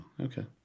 Okay